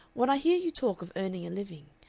when i hear you talk of earning a living,